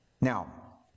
Now